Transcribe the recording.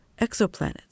exoplanets